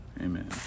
Amen